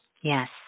Yes